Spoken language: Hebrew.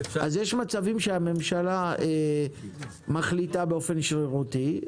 יש מצבים שהממשלה מחליטה באופן שרירותי.